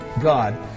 God